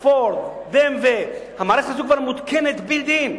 "פורד" ו"ב.מ.וו" המערכת הזאת כבר מותקנת built in,